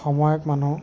সময়ত মানুহ